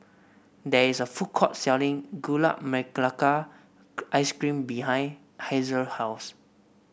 there is a food court selling gula ice cream behind Hazelle house